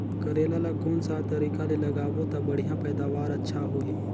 करेला ला कोन सा तरीका ले लगाबो ता बढ़िया पैदावार अच्छा होही?